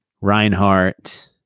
Reinhardt